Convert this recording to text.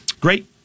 great